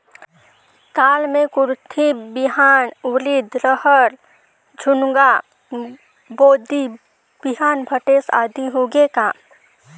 दाल मे कुरथी बिहान, उरीद, रहर, झुनगा, बोदी बिहान भटेस आदि होगे का?